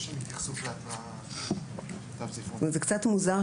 בדרך כלל